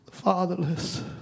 Fatherless